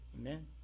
Amen